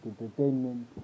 entertainment